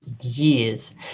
years